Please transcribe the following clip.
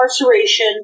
incarceration